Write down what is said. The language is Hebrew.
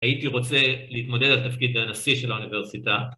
‫הייתי רוצה להתמודד ‫על תפקיד הנשיא של האוניברסיטה.